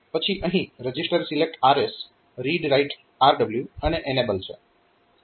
પછી અહીં register select RS read write RW અને એનેબલ છે